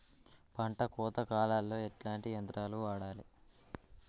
పంట కోత కాలాల్లో ఎట్లాంటి యంత్రాలు వాడాలే?